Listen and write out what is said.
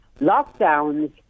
lockdowns